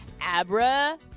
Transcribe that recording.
Abra